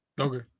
okay